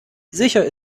sicher